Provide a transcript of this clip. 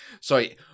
Sorry